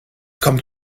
kommt